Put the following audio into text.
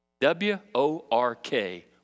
W-O-R-K